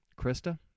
Krista